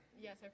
Yes